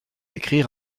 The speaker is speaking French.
écrire